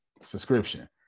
subscription